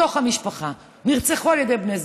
בתוך המשפחה, נרצחו על ידי בני זוגן.